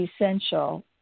essential